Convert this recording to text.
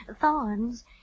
thorns